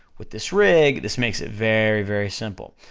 with this rig, this makes it very, very simple.